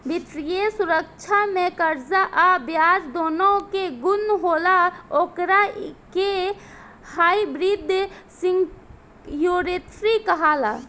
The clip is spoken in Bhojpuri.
वित्तीय सुरक्षा में कर्जा आ ब्याज दूनो के गुण होला ओकरा के हाइब्रिड सिक्योरिटी कहाला